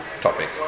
topic